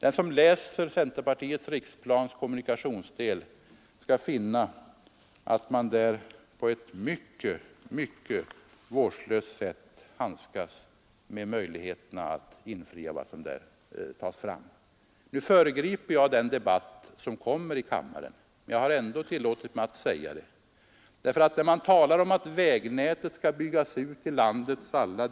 Den som läser centerpartiets riksplans kommunikationsdel skall finna att man på ett mycket, mycket vårdslöst sätt handskas med möjligheterna att infria vad som där tas fram. Nu föregriper jag den debatt som kommer i kammaren. Jag har ändå tillåtit mig att säga detta, och jag vill sluta med ett enda exempel.